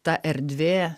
ta erdvė